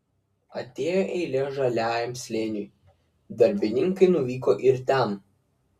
atėjo eilė žaliajam slėniui darbininkai nuvyko ir ten